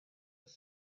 was